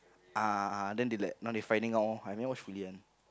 ah ah then they like now they finding all I never watch fully ah